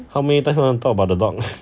how many times you wanna talk about the dog